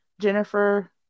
jennifer